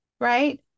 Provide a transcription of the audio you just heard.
right